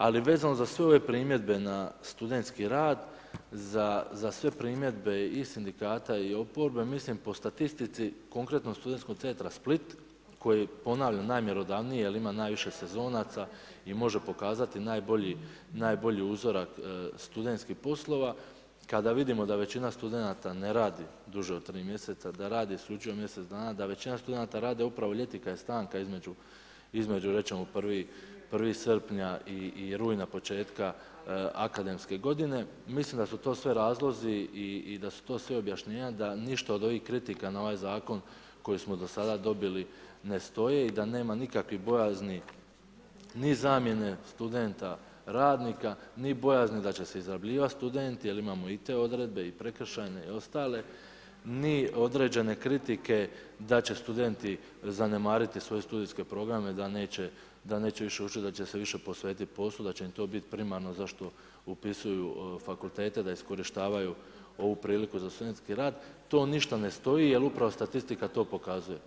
Ali vezano za sve ove primjedbe na stud.rad, za sve primjedbe i sindikata i oporbe, mislim po statistici konkretno stud.centra Split koji ponavljam je najmjerodavniji jer ima najviše sezonaca i može pokazati najbolji uzorak studentskih poslova, kada vidimo da većina studenata ne radi duže od 3 mjeseca, da radi isključivo mjesec dana, da većina studenata radi upravo ljeti kad je stanka između reći ćemo 1. srpnja i rujna početka akademske godine, mislim da su to sve razlozi i da su to sve objašnjenja da ništa od ovih kritika na ovaj zakon koji smo do sada dobili ne stoji i da nema nikakvih bojazni ni zamjene studenta radnika, ni bojazni da će se izrabljivat studenti jer imamo i te odredbe i prekršajne i ostale, ni određene kritike da će studenti zanemariti svoje studijske programe, da neće više učit, da će se više posvetit poslu, da će im to bit primarno zašto upisuju fakultete da iskorištavaju ovu priliku za stud.rad, to ništa ne stoji jer upravo statistika to pokazuje.